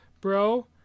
bro